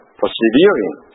persevering